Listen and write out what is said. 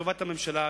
לטובת הממשלה,